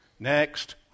Next